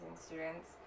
students